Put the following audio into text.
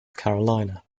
carolina